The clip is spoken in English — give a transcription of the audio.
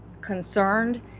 concerned